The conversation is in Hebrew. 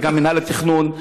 וגם מינהל התכנון,